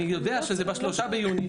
אני יודע שב-3 ביוני